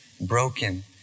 broken